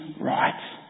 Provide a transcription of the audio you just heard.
right